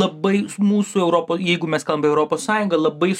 labai mūsų europą jeigu mes kalbam europos sąjungą labai